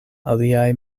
aliaj